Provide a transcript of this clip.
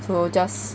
so just